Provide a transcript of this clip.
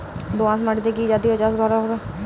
দোয়াশ মাটিতে কি জাতীয় চাষ ভালো হবে?